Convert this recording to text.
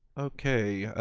okay,